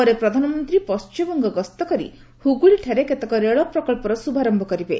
ପରେ ପ୍ରଧାନମନ୍ତ୍ରୀ ପଣ୍ଟିମବଙ୍ଗ ଗସ୍ତ କରି ହୁଗୁଳିଠାରେ କେତେକ ରେଳ ପ୍ରକ୍ସର ଶୁଭାରୟ କରିବେ